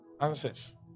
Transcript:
Answers